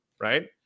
right